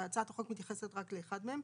הצעת החוק מתייחסת רק לאחד מהם.